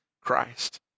Christ